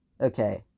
Okay